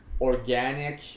organic